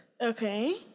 Okay